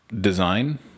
Design